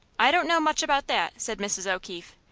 i don't know much about that, said mrs. o'keefe.